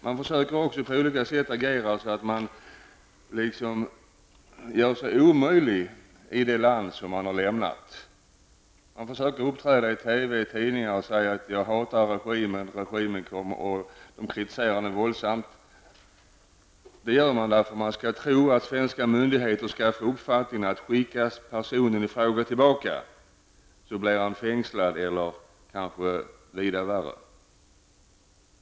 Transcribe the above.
Man försöker även agera på olika sätt och göra sig omöjlig i det land som man har lämnat. Man försöker uppträda i TV och tidningar och säga att man hatar regimen, och man kritiserar den våldsamt. Detta gör man för att svenska myndigheter skall få den uppfattningen att om personen i fråga skickas tillbaka, blir han fängslad eller får kanske lida ännu värre.